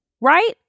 right